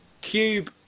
Cube